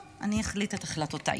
טוב, אני אחליט את החלטותיי.